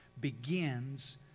begins